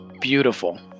beautiful